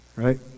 right